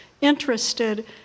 interested